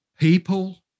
People